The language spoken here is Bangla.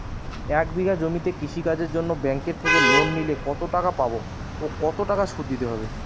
এক বিঘে জমিতে কৃষি কাজের জন্য ব্যাঙ্কের থেকে লোন নিলে কত টাকা পাবো ও কত শুধু দিতে হবে?